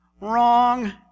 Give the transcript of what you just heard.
Wrong